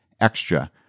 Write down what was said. extra